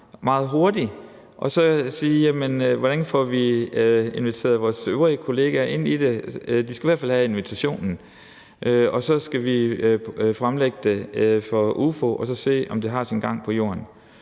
meget hurtigt og så se på, hvordan vi får inviteret vores øvrige kollegaer ind i det. De skal i hvert fald have invitationen. Og så skal vi fremlægge det for Udvalget for Forretningsordenen og så se, om det har sin gang på jorden.